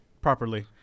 properly